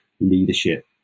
leadership